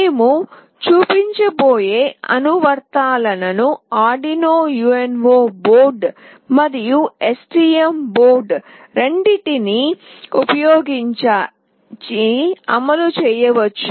మేము చూపించబోయే అనువర్తనాలను Arduino UNO బోర్డు మరియు STM బోర్డు రెండింటినీ ఉపయోగించి అమలు చేయవచ్చు